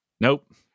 Nope